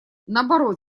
наоборот